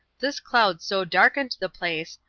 this cloud so darkened the place,